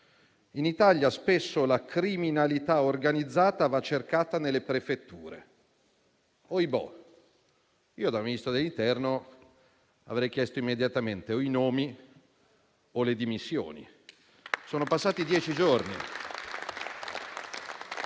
in Italia spesso la criminalità organizzata va cercata nelle prefetture. Oibò, da Ministro dell'interno, io avrei chiesto immediatamente o i nomi o le dimissioni. Sono passati dieci giorni.